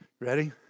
Ready